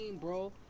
bro